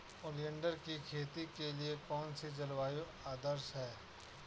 Oleander की खेती के लिए कौन सी जलवायु आदर्श है?